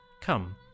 Come